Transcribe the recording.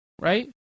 Right